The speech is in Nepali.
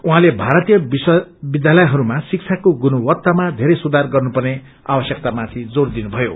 उहाँले भारतीय विश्वविध्यालयहरूमा शिक्षाको गुणवत्तामा धेरै सुधार गर्नुपर्ने आवयकता माथि जोर दिनुथयो